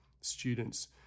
students